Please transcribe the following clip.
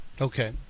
Okay